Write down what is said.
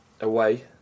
away